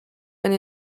and